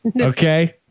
Okay